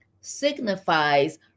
signifies